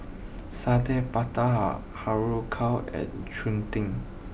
Satay Babat Har Har Kow and Cheng Tng